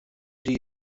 die